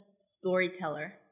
storyteller